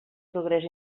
progrés